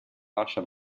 lascia